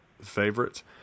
favorites